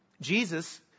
Jesus